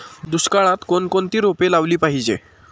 दुष्काळात कोणकोणती रोपे लावली पाहिजे?